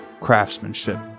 craftsmanship